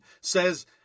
says